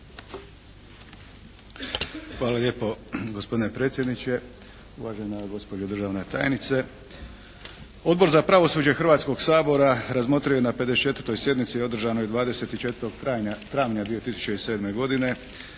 Hvala lijepo gospodine predsjedniče, uvažena gospođo državna tajnice. Odbor za pravosuđe Hrvatskog sabora razmotrio je na 54. sjednici održanoj 24. travnja 2007. godine